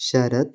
Sarath